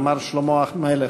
אמר שלמה המלך,